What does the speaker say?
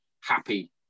happy